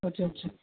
اچھا اچھا